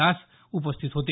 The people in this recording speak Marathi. दास उपस्थित होते